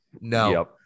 no